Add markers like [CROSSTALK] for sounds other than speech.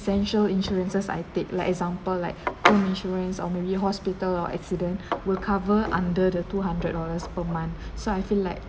essential insurances I take like example like insurance or maybe hospital or accident [BREATH] will cover under the two hundred dollars per month so I feel like